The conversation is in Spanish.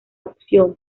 opción